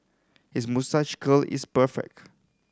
his moustache curl is perfect